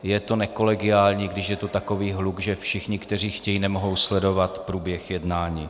Je to nekolegiální, když je tu takový hluk, že všichni, kteří chtějí, nemohou sledovat průběh jednání.